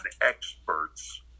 experts